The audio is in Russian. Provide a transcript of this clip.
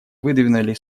выдвинули